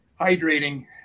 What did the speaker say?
hydrating